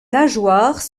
nageoires